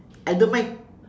I don't mind